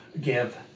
give